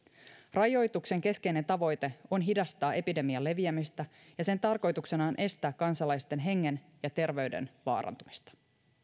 rajoituksen keskeinen tavoite on hidastaa epidemian leviämistä ja sen tarkoituksena on estää kansalaisten hengen ja terveyden vaarantumista